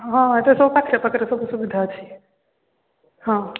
ହଁ ଏଠି ସବୁ ପାଖରେ ପାଖରେ ସବୁ ସୁବିଧା ଅଛି ହଁ